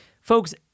folks